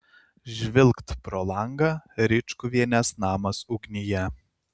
žvilgt pro langą ričkuvienės namas ugnyje